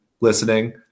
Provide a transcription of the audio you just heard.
listening